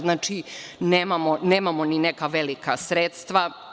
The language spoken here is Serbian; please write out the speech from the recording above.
Znači, nemamo ni neka velika sredstva.